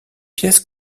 pièces